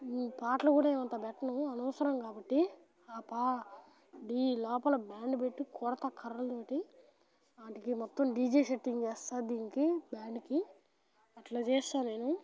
ఈ పాటలు కూడా ఏమంతా పెట్టాను అనవసరం కాబట్టి ఆ పాడి లోపల బ్యాండ్ పెట్టి కొడతాను కర్రలతో వాటికి మొత్తం డీజే సెట్టింగ్ వేస్తాను దీనికి బ్యాండ్కి అట్లా చేస్తా నేను